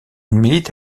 milite